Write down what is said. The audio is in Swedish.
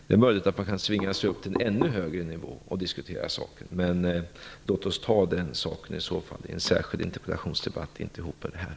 Det är möjligt att vi kan svinga oss upp till en ännu högre nivå för att diskutera frågorna, men låt oss i så fall ta upp dem i en särskild interpellationsdebatt, inte i detta sammanhang.